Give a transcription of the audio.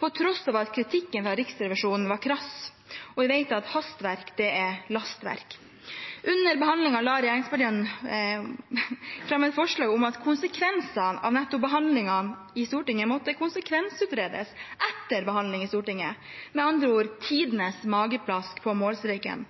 på tross av at kritikken fra Riksrevisjonen var krass og vi vet at hastverk er lastverk. Under behandlingen la regjeringspartiene fram et forslag om at konsekvensene av behandlingen i Stortinget måtte konsekvensutredes etter behandlingen i Stortinget – med andre ord tidenes mageplask på målstreken.